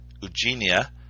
Eugenia